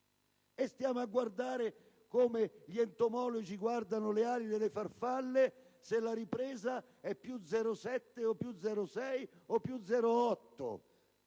stiamo a guardare, come gli entomologi guardano le ali delle farfalle, se la ripresa è del più 0,6 o del più 0,7